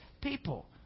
people